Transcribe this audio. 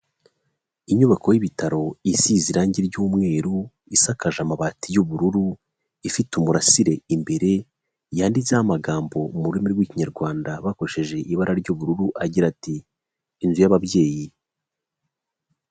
Inyubako y'ibitaro isize irangi ry'umweru, isakaje amabati y'ubururu, ifite umurasire imbere, yanditseho amagambo mu rurimi rw'ikinyarwanda bakoresheje ibara ry'ubururu agira ati;"Inzu y'ababyeyi."